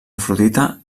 afrodita